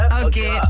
okay